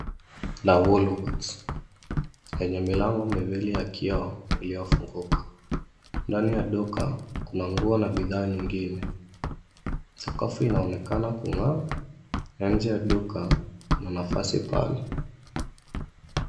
La Woolworths yenye milango miwili ya kioo iliyofunguka. Ndani ya duka kuna nguo na bidhaa nyingine. Sakafu inaonekana kung'aa na nje ya duka kuna nafasi pana.